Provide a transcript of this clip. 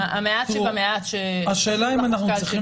--- המעט שבמעט --- השאלה אם אנחנו צריכים